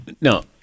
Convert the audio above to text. No